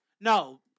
No